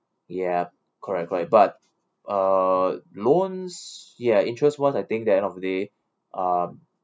ya correct correct but err loans ya interest ones I think the end of the day um